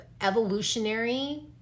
evolutionary